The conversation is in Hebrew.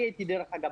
דרך אגב,